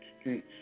streets